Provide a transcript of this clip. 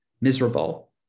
miserable